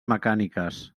mecàniques